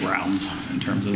ground in terms of